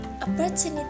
opportunity